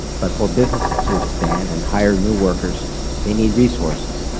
but for businesses to expand and hire new workers they need resources,